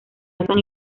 basan